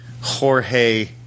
Jorge